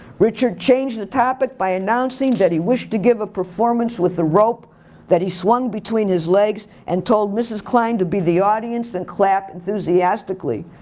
richard changed the topic by announcing that he wished to give a performance with a rope that he swung between his legs and told mrs. klein to be the audience and clapped enthusiastically.